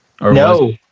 No